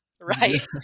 right